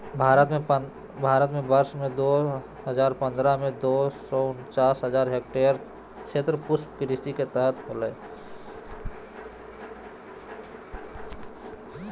भारत में वर्ष दो हजार पंद्रह में, दो सौ उनचास हजार हेक्टयेर क्षेत्र पुष्पकृषि के तहत होले